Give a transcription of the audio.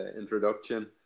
introduction